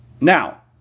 Now